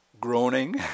groaning